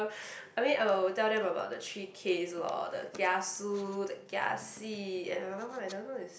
I mean I will tell them about the three Ks lor the kiasu the kiasi and another one I don't know is